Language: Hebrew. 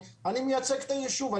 אני מייצג את היישוב.